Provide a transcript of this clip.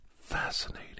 fascinating